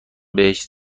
بهش